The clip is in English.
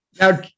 Now